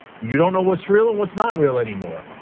you don't know what's real and what's not real any more.